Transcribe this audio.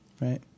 Right